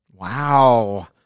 Wow